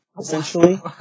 essentially